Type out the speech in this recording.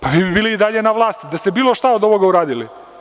Pa, vi bi bili i dalje na vlasti da ste bilo šta od ovoga uradili.